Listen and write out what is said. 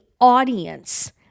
audience